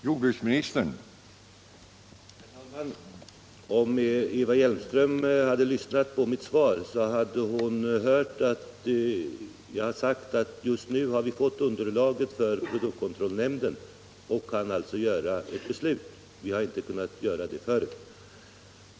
Herr talman! Om Eva Hjelmström hade lyssnat på mitt svar, hade hon hört mig säga att just nu har vi fått underlaget med anledning av produktkontrollnämndens förslag om sänkning av blyhalten och kan alltså fatta ett beslut. Vi har inte kunnat göra det tidigare.